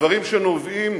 הדברים שנובעים